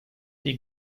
die